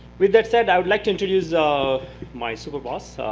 with that said, i would like to introduce my super boss,